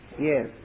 Yes